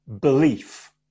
belief